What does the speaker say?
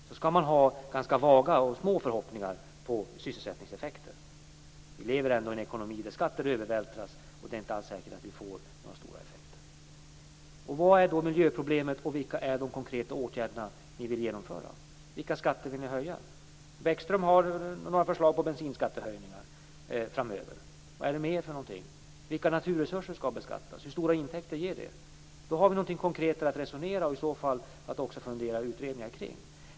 Man skall alltså ha ganska vaga och små förhoppningar på sysselsättningseffekter. Vi lever ändå i en ekonomi där skatter övervältras, och det är inte alls säkert att vi får några stora effekter. Vad är då miljöproblemet, och vilka är de konkreta åtgärder ni vill genomföra? Vilka skatter vill ni höja? Bäckström har förslag på bensinskattehöjningar framöver. Vad är det mer? Vilka naturresurser skall beskattas? Hur stora intäkter ger det? Svara på det, så har vi något konkret att resonera om och kanske också utreda.